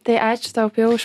tai ačiū tau už